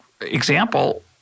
example